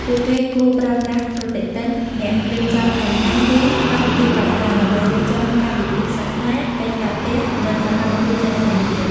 ពួកគេគួរប្រើប្រាស់ប្រតិទិន អ្នករៀបចំផែនការ ឬកម្មវិធីកត់ត្រា ដើម្បីរៀបចំកាលវិភាគសិក្សា កិច្ចការផ្ទះ និងសកម្មភាពផ្សេងៗទៀត។